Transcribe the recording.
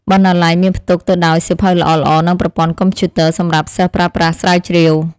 បណ្ណាល័យមានផ្ទុកទៅដោយសៀវភៅល្អៗនិងប្រព័ន្ធកុំព្យូទ័រសម្រាប់សិស្សប្រើប្រាស់ស្រាវជ្រាវ។